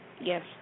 Yes